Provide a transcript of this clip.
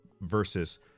versus